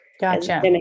gotcha